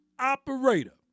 operator